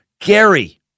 Gary